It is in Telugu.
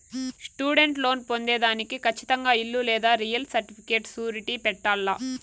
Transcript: స్టూడెంట్ లోన్ పొందేదానికి కచ్చితంగా ఇల్లు లేదా రియల్ సర్టిఫికేట్ సూరిటీ పెట్టాల్ల